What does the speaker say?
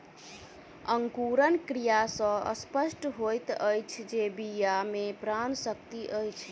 अंकुरण क्रिया सॅ स्पष्ट होइत अछि जे बीया मे प्राण शक्ति अछि